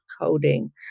coding